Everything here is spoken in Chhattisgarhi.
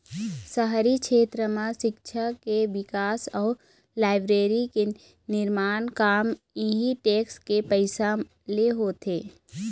शहरी छेत्र म सिक्छा के बिकास अउ लाइब्रेरी के निरमान काम इहीं टेक्स के पइसा ले होथे